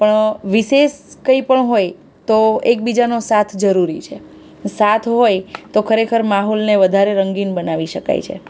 પણ વિશેષ કંઇપણ હોય તો એકબીજાનો સાથ જરૂરી છે સાથ હોય તો ખરેખર માહોલને વધારે રંગીન બનાવી શકાય છે